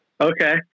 Okay